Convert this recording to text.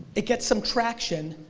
it gets some traction,